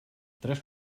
tres